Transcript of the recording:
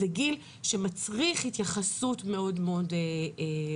זה גיל שמצריך התייחסות מאוד מאוד טובה,